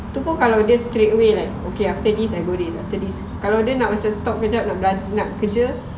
itu pun kalau dia straightaway like okay after this I do this after this kalau dia macam nak stop sekejap nak kerja